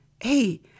Hey